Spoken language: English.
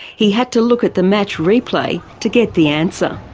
he had to look at the match replay to get the answer.